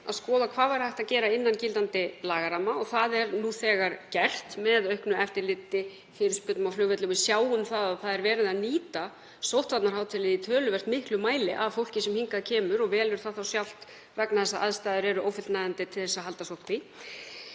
að skoða hvað hægt væri að gera innan gildandi lagaramma. Það er nú þegar gert með auknu eftirliti og fyrirspurnum á flugvelli. Við sjáum að verið er að nýta sóttvarnahótelið í töluvert miklum mæli af fólki sem hingað kemur og velur það sjálft vegna þess að aðstæður eru ófullnægjandi til að halda sóttkví.